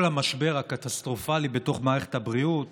כל המשבר הקטסטרופלי בתוך מערכת הבריאות